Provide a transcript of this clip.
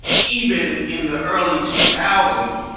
even in the early two thousand